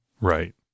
Right